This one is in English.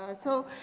ah so,